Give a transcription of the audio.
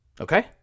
Okay